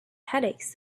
headaches